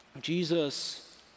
Jesus